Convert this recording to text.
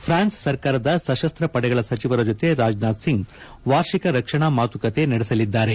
France ಸರ್ಕಾರದ ಸಶಸ್ತ್ರ ಪಡೆಗಳ ಸಚಿವರ ಜೊತೆ ರಾಜನಾಥ್ ಸಿಂಗ್ ವಾರ್ಷಿಕ ರಕ್ಷಣಾ ಮಾತುಕತೆ ನಡೆಸಲಿದ್ದಾರೆ